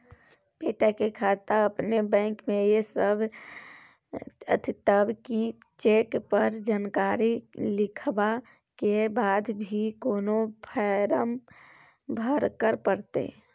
बेटा के खाता अपने बैंक में ये तब की चेक पर जानकारी लिखवा के बाद भी कोनो फारम भरबाक परतै?